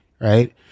right